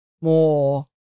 more